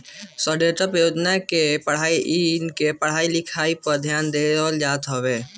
stand up योजना में इनके पढ़ाई लिखाई पअ भी ध्यान देहल जात हवे